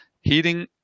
heating